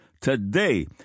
Today